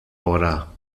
ora